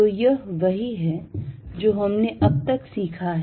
तो यह वही है जो हमने अब तक सीखा है